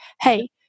hey